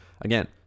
Again